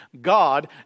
God